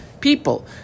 people